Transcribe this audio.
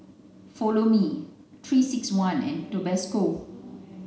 follow Me three six one and Tabasco